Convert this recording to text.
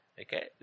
Okay